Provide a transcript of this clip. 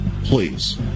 please